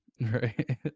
Right